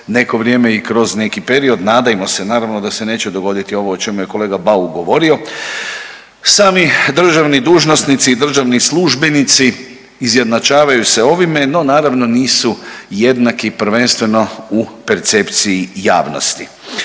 neko vrijeme i kroz neki period. Nadajmo se naravno da se neće dogoditi ovo o čemu je kolega Bauk govorio. Sami državni dužnosnici i državni službenici izjednačavaju se ovime no naravno nisu jednaki prvenstveno u percepciji javnosti.